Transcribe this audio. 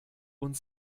und